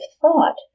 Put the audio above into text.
thought